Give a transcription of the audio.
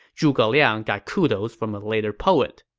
zhuge liang got kudos from a later poet